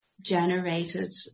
generated